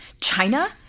China